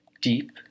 Deep